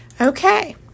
Okay